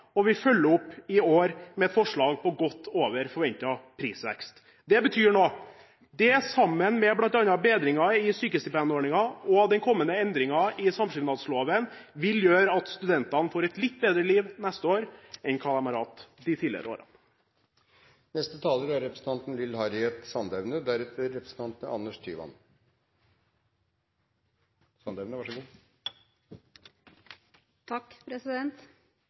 og vi følger opp i år med et forslag på godt over forventet prisvekst. Det betyr – sammen med bl.a. bedringen av sykestipendordningen og den kommende endringen i samskipnadsloven – at studentene får et litt bedre liv neste år enn hva de har hatt de tidligere årene. Utdanning og forskning er